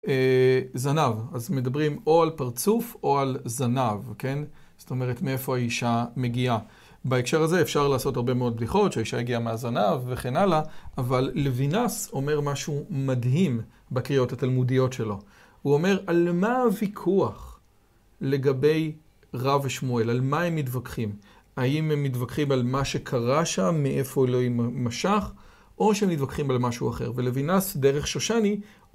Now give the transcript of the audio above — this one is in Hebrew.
אה..זנב. אז מדברים או על פרצוף או על זנב. כן? זאת אומרת, מאיפה האישה מגיעה. בהקשר הזה אפשר לעשות הרבה מאוד בדיחות שהאישה הגיעה מהזנב וכן הלאה, אבל לוינס אומר משהו מדהים בקריאות התלמודיות שלו. הוא אומר על מה הוויכוח לגבי רב שמואל, על מה הם מתווכחים. האם הם מתווכחים על מה שקרה שם, מאיפה אלוהים משך, או שהם מתווכחים על משהו אחר. ולוינס, דרך שושני,